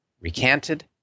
recanted